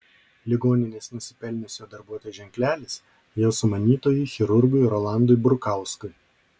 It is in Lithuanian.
ligoninės nusipelniusio darbuotojo ženklelis jo sumanytojui chirurgui rolandui burkauskui